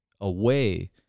away